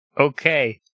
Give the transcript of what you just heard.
okay